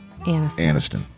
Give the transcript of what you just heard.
Aniston